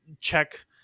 check